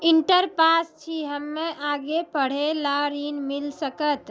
Inter pass छी हम्मे आगे पढ़े ला ऋण मिल सकत?